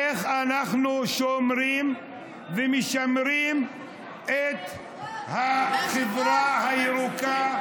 איך אנחנו שומרים ומשמרים את החברה הירוקה